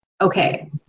okay